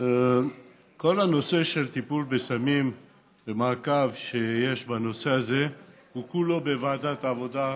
כל הנושא של הטיפול בסמים והמעקב אחרי נושא הזה הוא כולו בוועדת העבודה,